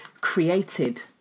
created